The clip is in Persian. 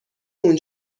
اون